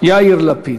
יאיר לפיד.